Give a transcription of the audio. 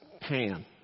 pan